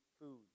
Food